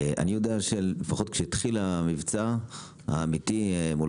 אני יודע שלפחות כשהתחיל המבצע האמיתי מול